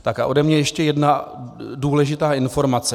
A ode mne ještě jedna důležitá informace.